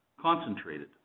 concentrated